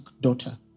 daughter